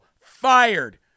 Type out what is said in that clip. fired